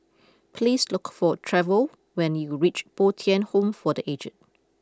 please look for Trevor when you reach Bo Tien Home for the aged